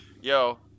Yo